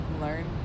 learn